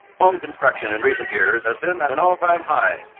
home construction in recent years has been at an all time high,